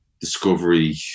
discovery